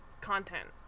content